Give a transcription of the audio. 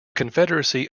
confederacy